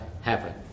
happen